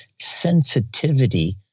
sensitivity